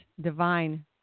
divine